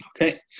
Okay